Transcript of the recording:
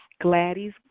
Gladys